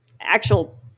actual